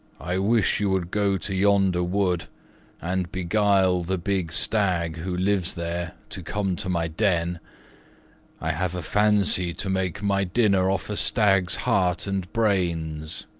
i wish you would go to yonder wood and beguile the big stag, who lives there, to come to my den i have a fancy to make my dinner off a stag's heart and brains.